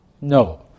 No